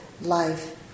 life